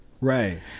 right